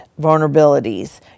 vulnerabilities